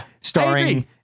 starring